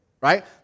right